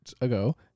ago